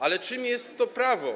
Ale czym jest to prawo?